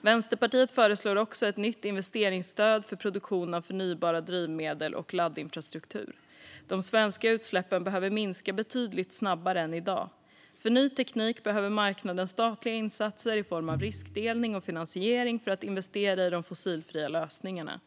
Vänsterpartiet föreslår också ett nytt investeringsstöd för produktion av förnybara drivmedel och laddinfrastruktur. De svenska utsläppen behöver minska betydligt snabbare än i dag. För ny teknik behöver marknaden statliga insatser i form av riskdelning och finansiering för att investera i de fossilfria lösningarna.